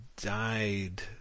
died